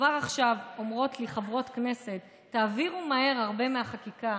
כבר עכשיו אומרות לי חברות כנסת: תעבירו מהר הרבה מהחקיקה,